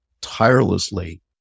tirelessly